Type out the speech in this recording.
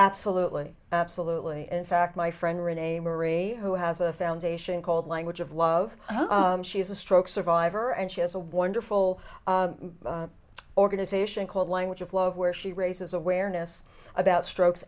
absolutely absolutely in fact my friend renee marie who has a foundation called language of love she is a stroke survivor and she has a wonderful organization called language of love where she raises awareness about strokes